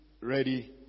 ready